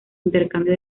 intercambio